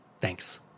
Thanks